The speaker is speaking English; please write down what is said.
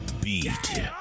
beat